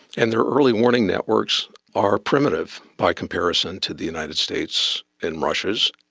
and their early warning networks are primitive by comparison to the united states' and russia's,